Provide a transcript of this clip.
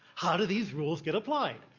how do these rules get applied?